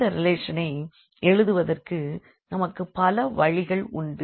இந்த ரிலேஷனை எழுதுவதற்கு நமக்குப் பல வழிகள் உண்டு